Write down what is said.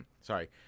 sorry